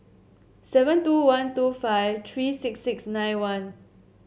seven two one two five three six six nine one